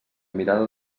mirada